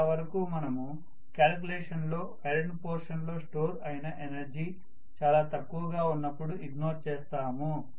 చాలా వరకు మనము క్యాలికులేషన్ లో ఐరన్ పోర్షన్ లో స్టోర్ అయిన ఎనర్జీ చాలా తక్కువగా ఉన్నపుడు ఇగ్నోర్ చేస్తాము